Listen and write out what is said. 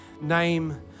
Name